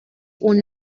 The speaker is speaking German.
und